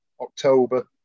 October